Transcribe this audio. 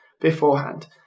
beforehand